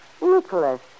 Nicholas